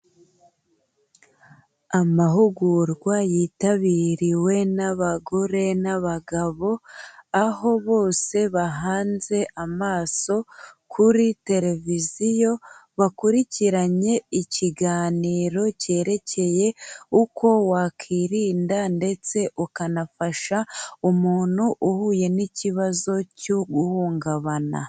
Amahugurwa yitabiriwe n'abagore n'abagabo, aho bose bahanze amaso kuri televiziyo bakurikiranye ikiganiro cyerekeye uko wakwirinda ndetse ukanafasha umuntu uhuye n'ikibazo cyo guhungabana.